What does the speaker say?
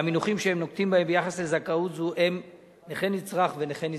והמינוחים שהם נוקטים ביחס לזכאות זו הם "נכה נצרך" ו"נכה נזקק".